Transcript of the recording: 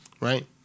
Right